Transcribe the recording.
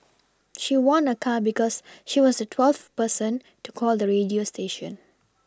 she won a car because she was twelfth person to call the radio station